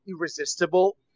irresistible